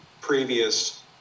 previous